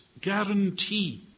guarantee